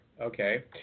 Okay